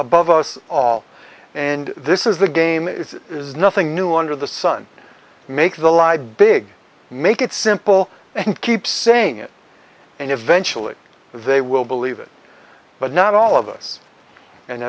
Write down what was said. above us and this is the game it's there is nothing new under the sun make the lied big make it simple and keep saying it and eventually they will believe it but not all of us and